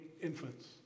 infants